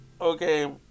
okay